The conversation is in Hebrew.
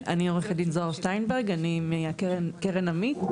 אני עו"ד זהר שטיינברג, אני מקרן עמית,